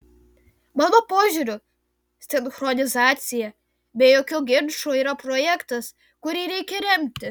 mano požiūriu sinchronizacija be jokių ginčų yra projektas kurį reikia remti